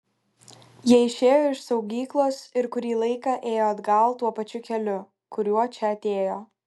jie išėjo iš saugyklos ir kurį laiką ėjo atgal tuo pačiu keliu kuriuo čia atėjo